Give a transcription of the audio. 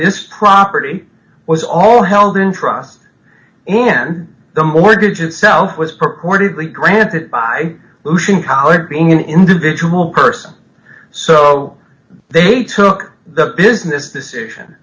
this property was all held in trust and the mortgages cell was purportedly granted by being an individual person so they took the business decision